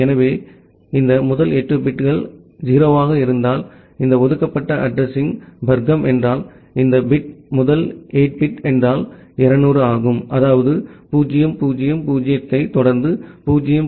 எனவே இந்த முதல் 8 பிட்கள் 0 ஆக இருந்தால் இந்த ஒதுக்கப்பட்ட அட்ரஸிங் வர்க்கம் என்றால் இந்த பிட் முதல் 8 பிட் என்றால் 200 ஆகும் அதாவது 0000 ஐத் தொடர்ந்து 0010